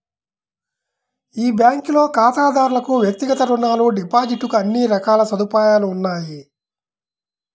ఈ బ్యాంకులో ఖాతాదారులకు వ్యక్తిగత రుణాలు, డిపాజిట్ కు అన్ని రకాల సదుపాయాలు ఉన్నాయి